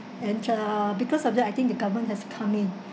and uh because of that I think the government has to come in